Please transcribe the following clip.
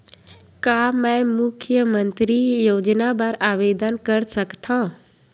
का मैं मुख्यमंतरी योजना बर आवेदन कर सकथव?